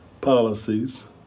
policies